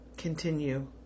continue